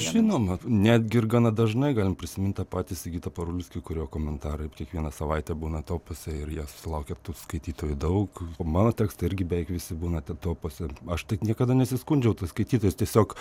žinoma netgi ir gana dažnai galim prisimint tą patį sigitą parulskį kurio komentarai kiekvieną savaitę būna topuose ir jie susilaukia skaitytojų daug mano tekstai irgi beveik visi būna ten topuose aš taip niekada nesiskundžiau tais skaitytojais tiesiog